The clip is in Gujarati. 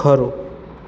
ખરું